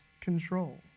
control